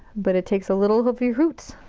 but it takes a little of of your hoots.